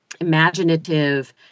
imaginative